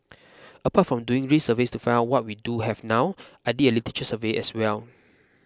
apart from doing ray surveys to find out what we do have now I did a literature survey as well